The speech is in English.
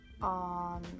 On